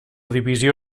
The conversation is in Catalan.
divisió